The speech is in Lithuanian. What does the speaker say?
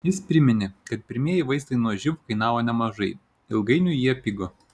jis priminė kad pirmieji vaistai nuo živ kainavo nemažai ilgainiui jie pigo